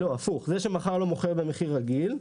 לא הפוך, זה שמכר לו מוכר במחיר רגיל.